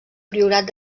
priorat